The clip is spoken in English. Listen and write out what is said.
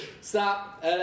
Stop